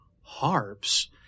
HARPS